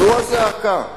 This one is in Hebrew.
זו הזעקה: